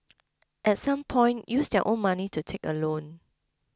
at some point use their own money to take a loan